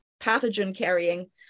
pathogen-carrying